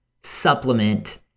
supplement